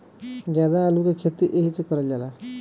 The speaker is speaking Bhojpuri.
जादा आलू के खेती एहि से करल जाला